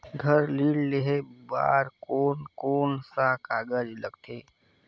घर ऋण लेहे बार कोन कोन सा कागज लगथे?